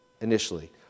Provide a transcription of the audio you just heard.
initially